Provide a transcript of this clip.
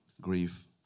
grief